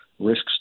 risks